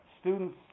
students